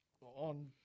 on